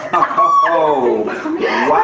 oh wow.